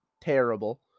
terrible